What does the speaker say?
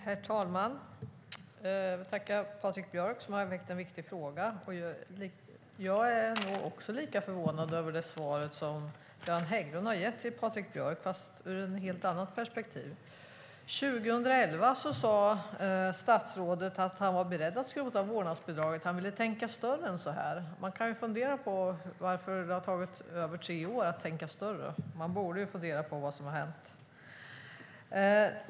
Herr talman! Jag tackar Patrik Björck, som har väckt en viktig fråga. Jag är nog också lika förvånad över det svar som Göran Hägglund har lämnat till Patrik Björck, fast ur ett helt annat perspektiv. 2011 sade statsrådet att han var beredd att skrota vårdnadsbidraget, eftersom han ville tänka större än så här. Man kan ju fundera över varför det har tagit över tre år att tänka större. Man borde fundera över vad som har hänt.